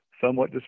somewhat